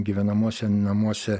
gyvenamuose namuose